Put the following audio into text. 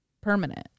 permanent